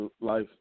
life